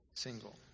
Single